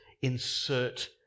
insert